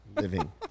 living